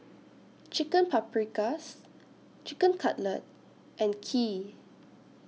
Chicken Paprikas Chicken Cutlet and Kheer